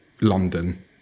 london